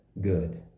good